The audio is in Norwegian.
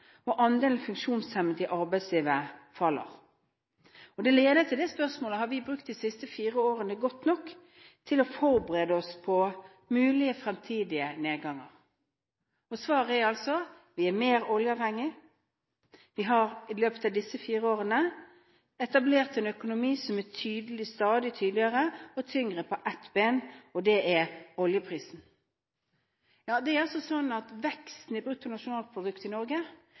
og andelen funksjonshemmede i arbeidslivet går ned. Det leder til spørsmålet: Har vi brukt de siste fire årene godt til å forberede oss på mulige fremtidige nedganger? Svaret er altså: Vi er mer oljeavhengig. Vi har i løpet av disse fire årene etablert en økonomi som står stadig tydeligere og tyngre på ett ben, og det er oljeprisen. Veksten i bruttonasjonalproduktet i Norge de senere årene har i hovedsak avspeilet oljeprisutviklingen. Jeg er derfor litt opptatt av at